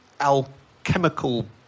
alchemical